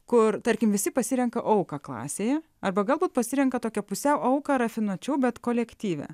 kur tarkim visi pasirenka auką klasėje arba galbūt pasirenka tokią pusiau auką rafinuočiau bet kolektyve